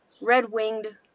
red-winged